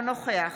אינו נוכח